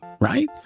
right